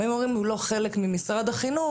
באים ואומרים הוא לא חלק ממשרד החינוך,